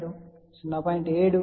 7 0